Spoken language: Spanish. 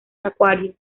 acuario